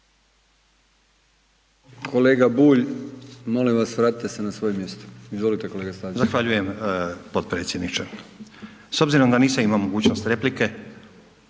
Kolega Bulj, molim vas vratiti se na svoje mjesto. Izvolite kolega Stazić. **Stazić, Nenad (SDP)** Zahvaljujem potpredsjedniče. S obzirom da nisam imao mogućnost replike